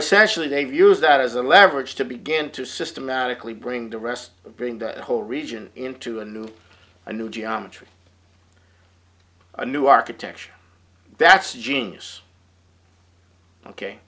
essentially they use that as a leverage to begin to systematically bring the rest bring the whole region into a new a new geometry a new architecture that's genius ok